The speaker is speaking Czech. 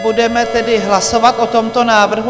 Budeme tedy hlasovat o tomto návrhu.